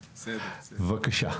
בבקשה.